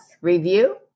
review